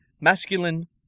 Masculine